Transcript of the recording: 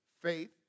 faith